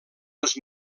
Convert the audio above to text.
les